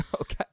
Okay